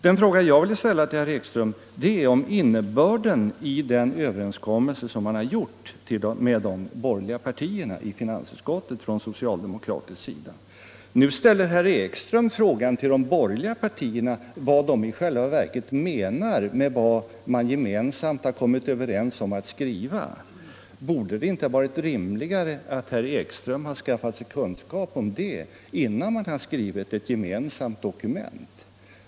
Den fråga jag vill ställa till herr Ekström gäller innebörden i den överenskommelse som man från socialdemokratisk sida har träffat med de borgerliga partierna i finansutskottet. Nu ställer herr Ekström frågan till de borgerliga partierna, vad de i själva verket menar med vad man gemensamt har kommit överens om att skriva. Hade det inte varit rimligare att herr Ekström skaffat sig kunskap om det, innan han var med om att skriva ett gemensamt dokument?